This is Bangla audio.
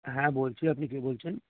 হ্যাঁ বলছি আপনি কে বলছেন